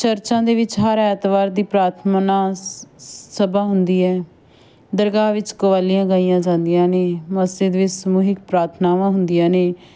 ਚਰਚਾਂ ਦੇ ਵਿੱਚ ਹਰ ਐਤਵਾਰ ਦੀ ਪ੍ਰਾਰਥਨਾ ਸ ਸ ਸਭਾ ਹੁੰਦੀ ਹੈ ਦਰਗਾਹ ਵਿੱਚ ਕਵਾਲੀਆਂ ਗਾਈਆਂ ਜਾਂਦੀਆਂ ਨੇ ਮਸਜਿਦ ਵਿੱਚ ਸਮੂਹਿਕ ਪ੍ਰਾਰਥਨਾਵਾਂ ਹੁੰਦੀਆਂ ਨੇ